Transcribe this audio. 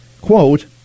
quote